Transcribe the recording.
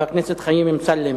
חבר הכנסת חיים אמסלם,